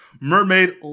Mermaid